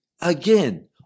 Again